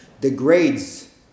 degrades